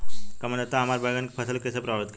कम आद्रता हमार बैगन के फसल के कइसे प्रभावित करी?